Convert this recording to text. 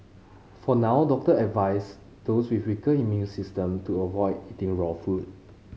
for now doctor advise those with weaker immune system to avoid eating raw food